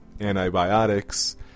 antibiotics